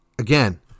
Again